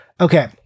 okay